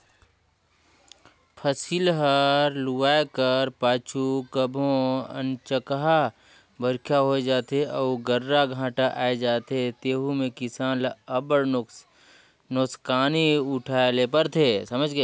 फसिल हर लुवाए कर पाछू कभों अनचकहा बरिखा होए जाथे अउ गर्रा घांटा आए जाथे तेहू में किसान ल अब्बड़ नोसकानी उठाए ले परथे